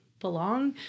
belong